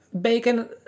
bacon